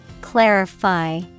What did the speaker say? Clarify